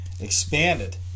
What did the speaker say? expanded